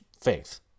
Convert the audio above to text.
faith